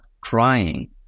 crying